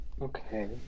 Okay